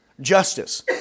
Justice